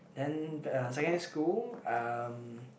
then uh secondary school um